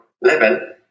level